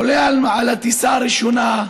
עולה על הטיסה הראשונה,